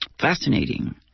Fascinating